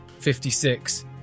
56